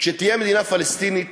כשתהיה מדינה פלסטינית